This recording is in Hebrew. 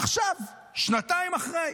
עכשיו, שנתיים אחרי.